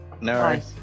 no